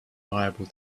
liable